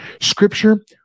Scripture—